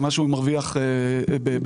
אין בעיה.